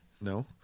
No